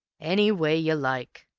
any way you like,